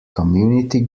community